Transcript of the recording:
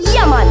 ¡Yaman